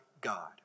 God